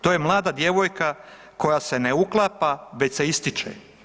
To je mlada djevojka koja se ne uklapa već se ističe.